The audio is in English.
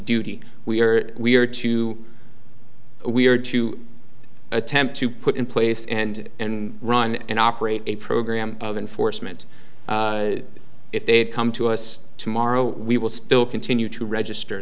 duty we are we are to we are to attempt to put in place and and run and operate a program of enforcement if they'd come to us tomorrow we will still continue to register